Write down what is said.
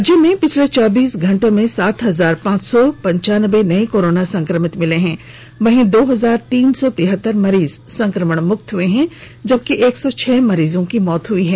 राज्य में पिछले चौबीस घंटों में सात हजार पांच सौ पनचानबे नए कोरोना संक्रमित मिले हैं वहीं दो हजार तीन सौ तिहत्तर मरीज संक्रमण मुक्त हुए हैं जबकि एक सौ छह मरीजों की मौत हो गई है